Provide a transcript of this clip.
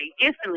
instantly